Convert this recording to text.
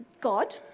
God